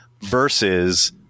versus